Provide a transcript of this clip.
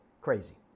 crazy